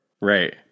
Right